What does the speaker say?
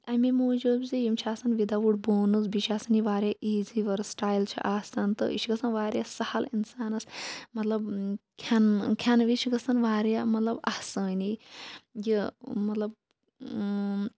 اَمے موٗجوٗب زِ یِم چھِ آسان وِدآوُٹ بونٕز بیٚیہِ چھِ آسان یہِ واریاہ ایٖزی ؤرٕسٹایل چھِ آسان تہٕ یہِ چھِ گژھان واریاہ سہل اِنسانَس مطلب کھٮ۪ن کھٮ۪نہٕ وِز چھِ گژھان واریاہ مطلب آسٲنی یہِ مطلب